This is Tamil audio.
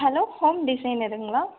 hello home டிசைனருங்களா